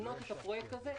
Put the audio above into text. לפריפריה.